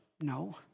No